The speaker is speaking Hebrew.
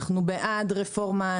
אנחנו בעד רפורמה,